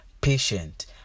patient